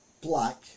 black